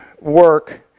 work